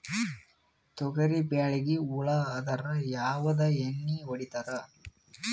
ತೊಗರಿಬೇಳಿಗಿ ಹುಳ ಆದರ ಯಾವದ ಎಣ್ಣಿ ಹೊಡಿತ್ತಾರ?